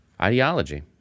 Ideology